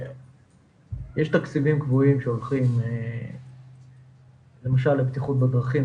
יש תקציבים קבועים שהולכים למשל לבטיחות בדרכים,